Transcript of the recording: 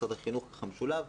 משולב,